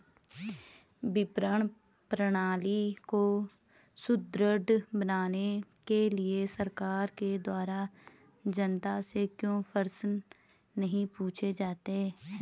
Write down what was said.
विपणन प्रणाली को सुदृढ़ बनाने के लिए सरकार के द्वारा जनता से क्यों प्रश्न नहीं पूछे जाते हैं?